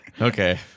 Okay